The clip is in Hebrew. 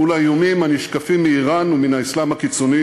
מול האיומים הנשקפים מאיראן ומן האסלאם הקיצוני,